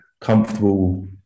comfortable